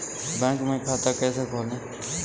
Bank में खाता कैसे खोलें?